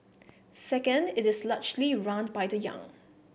second it is largely run by the young